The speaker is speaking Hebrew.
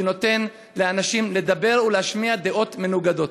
שנותן לאנשים לדבר ולהשמיע דעות מנוגדות.